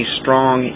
strong